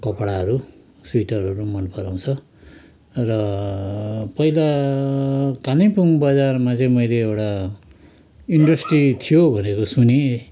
कपडाहरू स्विटरहरू मन पराउँछ र पहिला कालिम्पोङ बजारमा चाहिँ मैले एउटा इन्डस्ट्री थियो भनेको सुने